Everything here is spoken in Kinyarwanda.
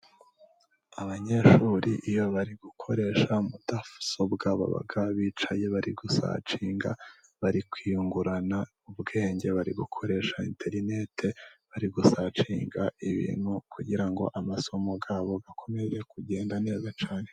Abanyeshuri iyo bari gukoresha mudasobwa, baba bicaye bari gusacinga, bari kwiyungurana ubwenge, bari gukoresha interineti, bari gusacinga ibintu, kugira ngo amasomo yabo akomeze kugenda neza cyane.